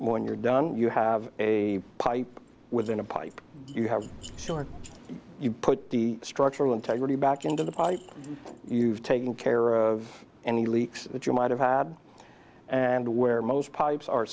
when you're done you have a pipe within a pipe you have you put the structural integrity back into the you've taken care of any leaks that you might have had and where most pipes